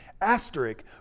asterisk